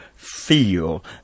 feel